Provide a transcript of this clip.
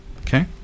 okay